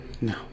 no